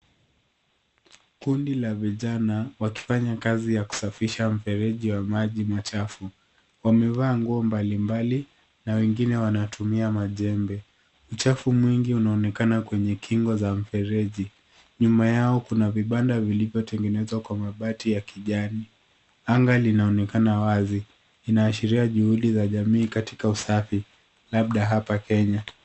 Kundi la vijana wakifanya kazi ya kusafisha mfereji wa maji machafu. Wamevaa nguo mbalimbali na wengine wanatumia majembe. Uchafu mwingi unaonekana kwenye kingo za mfereji. Nyuma yao kuna vibanda vilivyotengenezwa kwa mabati ya kijani. Anga linaonekana wazi, inaashiria juhudi za jamii katika usafi, labda hapa Kenya.